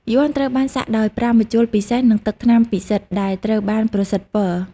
យ័ន្តត្រូវបានសាក់ដោយប្រើម្ជុលពិសេសនិងទឹកថ្នាំពិសិដ្ឋដែលត្រូវបានប្រសិទ្ធិពរ។